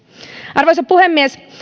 arvoisa puhemies